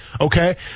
Okay